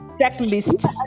checklist